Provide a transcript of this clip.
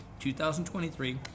2023